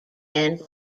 end